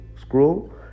scroll